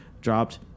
dropped